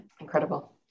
Incredible